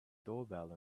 doorbell